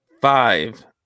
Five